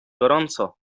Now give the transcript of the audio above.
gorąco